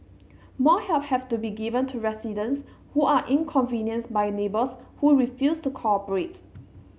more help have to be given to residents who are inconvenienced by neighbours who refuse to cooperate